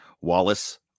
Wallace